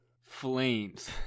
flames